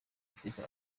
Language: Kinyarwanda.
africa